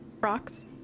rocks